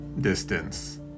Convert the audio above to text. distance